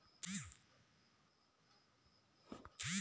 इस हफ्ते का मौसम कैसा है वेदर के हिसाब से समझाइए?